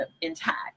intact